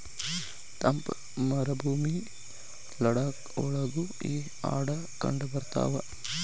ತಂಪ ಮರಭೂಮಿ ಲಡಾಖ ಒಳಗು ಈ ಆಡ ಕಂಡಬರತಾವ